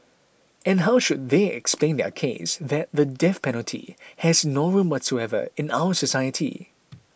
and how should they explain their case that the death penalty has no room whatsoever in our society